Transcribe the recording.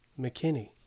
McKinney